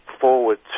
forward